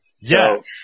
Yes